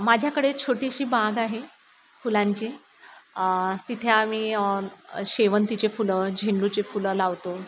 माझ्याकडे छोटीशी बाग आहे फुलांची तिथे आम्ही शेवंतीचे फुलं झेंडूचे फुलं लावतो